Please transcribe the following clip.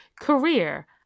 Career